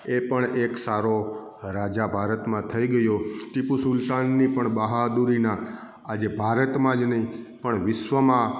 એ પણ એક સારો રાજા ભારતમાં થઈ ગયો ટીપુ સુલતાનની પણ બહાદુરીના આજે ભારતમાં જ નહીં પણ વિશ્વમાં